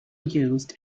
used